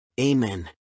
Amen